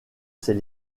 ses